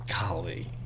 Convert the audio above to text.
Golly